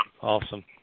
Awesome